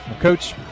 Coach